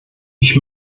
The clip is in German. ich